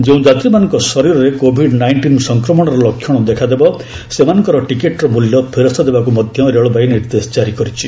ଯେଉଁ ଯାତ୍ରୀମାନଙ୍କ ଶରୀରରେ କୋଭିଡ୍ ନାଇଷ୍ଟିନ୍ ସଂକ୍ରମଣର ଲକ୍ଷଣ ଦେଖାଦେବ ସେମାନଙ୍କର ଟିକେଟ୍ର ମୂଲ୍ୟ ଫେରସ୍ତ ଦେବାକୁ ମଧ୍ୟ ରେଳବାଇ ନିର୍ଦ୍ଦେଶ ଜାରି କରିଛି